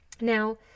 Now